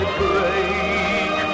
break